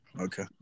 okay